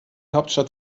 hauptstadt